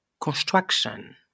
construction